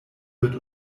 wird